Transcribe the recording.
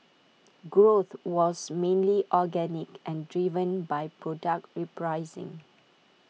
growth was mainly organic and driven by product repricing